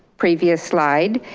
previous slide,